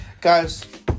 Guys